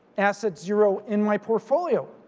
asset zero in my portfolio.